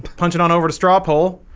punch it on over to strawpoll,